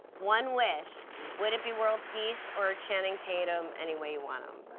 one wish. would it be world peace, or channing tatum any way you want him?